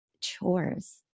chores